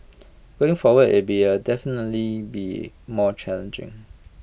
going forward IT be A definitely be more challenging